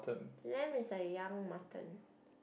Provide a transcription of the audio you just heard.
lamb is a young mutton